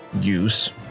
use